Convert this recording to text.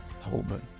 Holman